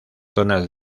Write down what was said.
zonas